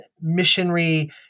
missionary